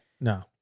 No